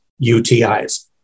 UTIs